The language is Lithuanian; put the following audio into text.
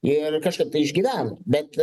ir kažkaip išgyvena bet